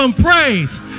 praise